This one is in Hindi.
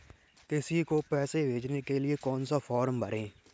किसी को पैसे भेजने के लिए कौन सा फॉर्म भरें?